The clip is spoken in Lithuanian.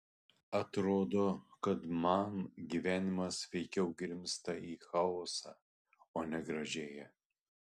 atrodo kad mano gyvenimas veikiau grimzta į chaosą o ne gražėja